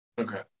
okay